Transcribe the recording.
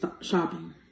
shopping